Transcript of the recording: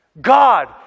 God